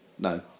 No